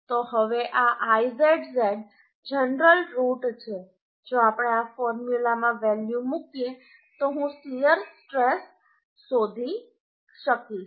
તો હવે આ Izz જનરલ રૂટ છે જો આપણે આ ફોર્મ્યુલામાં વેલ્યુ મૂકીએ તો હું શીયર સ્ટ્રેસ શોધી શકીશ